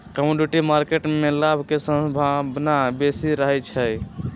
commodity market में लाभ के संभावना बेशी रहइ छै